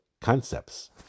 concepts